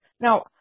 Now